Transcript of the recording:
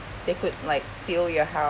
they could like seal your house